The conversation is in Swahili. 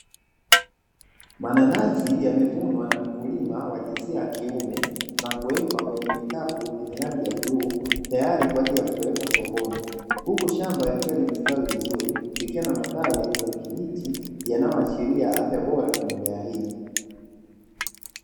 Mananasi yamevunwa na mkulima wa jinsia ya kiume na kuwekwa kwenye vikapu vyenye rangi ya bluu tayari kwa ajili ya kupelekwa sokoni, huku shamba likiwa limestawi vizuri likiwa na matawi ya kijani kibichi yanayoashiria afya bora ya mimea hii.